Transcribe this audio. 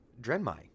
Drenmai